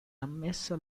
ammessa